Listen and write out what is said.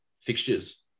fixtures